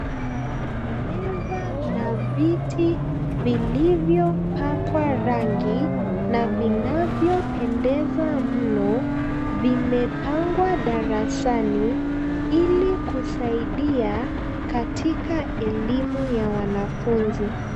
Meza na viti vilivyopakwa rangi na vinavyopendeza mno vimepangwa darasani ili kusaidia katika elimu ya wanafunzi.